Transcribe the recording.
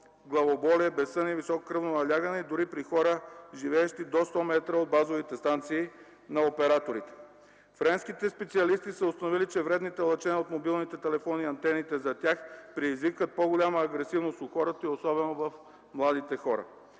главоболие, безсъние и високо кръвно налягане дори при хора, живеещи до 100 м от базовите станции на операторите. Френските специалисти са установили, че вредните лъчения от мобилните телефони и антените за тях предизвикват по-голяма агресивност у хората и особено в младите хора.